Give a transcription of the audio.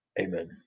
Amen